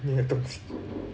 you have to